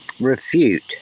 refute